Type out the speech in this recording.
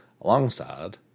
alongside